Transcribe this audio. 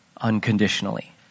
unconditionally